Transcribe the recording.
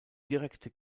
direkte